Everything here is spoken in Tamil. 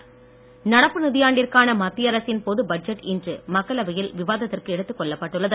விவாதம் நடப்பு நிதியாண்டிற்கான மத்திய அரசின் பொது பட்ஜெட் இன்று மக்களவையில் விவாதத்திற்கு எடுத்துக் கொள்ளப்பட்டுள்ளது